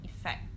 effect